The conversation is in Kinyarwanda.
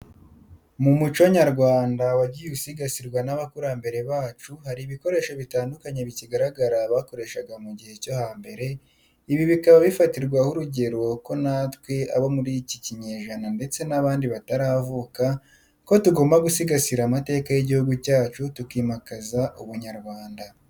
Mu muco nyarwanda wagiye usigasirwa n'abakurambere bacu hari ibikoresho bitandukanye bikigaragara bakoreshaga mu gihe cyo hambere, ibi bikaba bifatirwaho urugero ko natwe abo muri iki kinyejana ndetse n'abandi bataravuka ko tugomba gusigasira amateka y'igihugu cyacu tukimakaza ubunyarwanda.